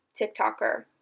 TikToker